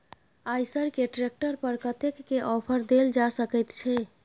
आयसर के ट्रैक्टर पर कतेक के ऑफर देल जा सकेत छै?